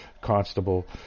constable